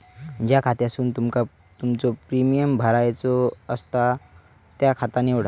ज्या खात्यासून तुमका तुमचो प्रीमियम भरायचो आसा ता खाता निवडा